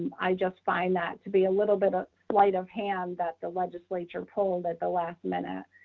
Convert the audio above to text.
i just find that to be a little bit of slight of hand that the legislature pulled at the last minute.